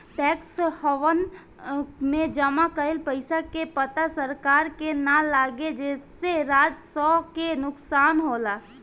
tax haven में जमा कइल पइसा के पता सरकार के ना लागे जेसे राजस्व के नुकसान होला